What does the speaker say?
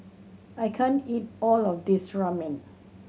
I can't eat all of this Ramen